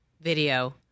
video